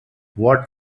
what